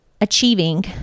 achieving